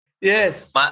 Yes